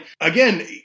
Again